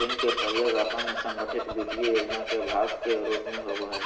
ऋण के प्रयोग अपन संगठित वित्तीय योजना के भाग के रूप में होबो हइ